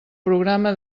programa